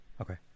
Okay